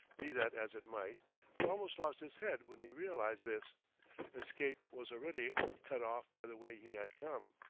be that as it might he almost lost his head when he realized this escape was already cut off by the way he had come.